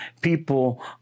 people